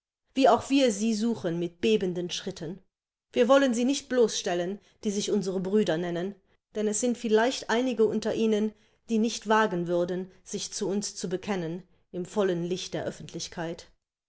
wie auch wir sie suchen mit bebenden schritten wir wollen sie nicht bloßstellen die sich unsere brüder nennen denn es sind vielleicht einige unter ihnen die nicht wagen würden sich zu uns zu bekennen im vollen licht der öffentlichkeit